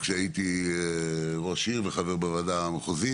כשהייתי ראש עיר וחבר בוועדה המחוזית.